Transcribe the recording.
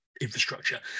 infrastructure